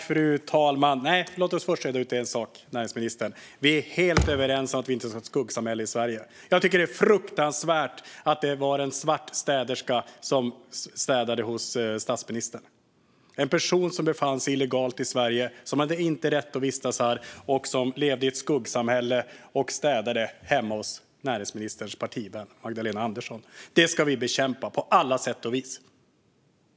Fru talman! Låt oss först reda ut en sak. Näringsministern och jag är helt överens om att vi inte ska ha ett skuggsamhälle i Sverige. Jag tycker att det är fruktansvärt att det var en svart städerska som städade hos statsministern. Det var en person som befann sig illegalt i Sverige, som inte hade rätt att vistas här och som levde i ett skuggsamhälle som städade hemma hos näringsministerns partivän Magdalena Andersson. Detta ska vi bekämpa på alla sätt och vis.